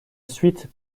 suite